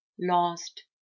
lost